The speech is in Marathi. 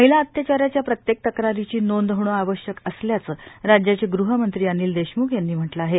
महिला अत्याचाराच्या प्रत्येक तक्रारीची नोंद होणं आवश्यक असल्याचं राज्याचे गृहमंत्री अनिल देशम्ख यांनी म्हटलं आहे